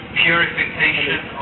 purification